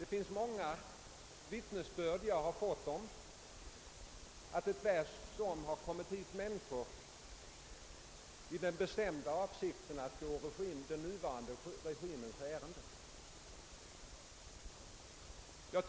Jag har fått många vittnesbörd om att man tvärtom har gjort det i den bestämda avsikten att gå den rådande regimens ärenden.